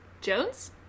Jones